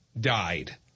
died